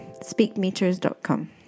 speakmeters.com